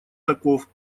таков